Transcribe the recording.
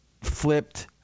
flipped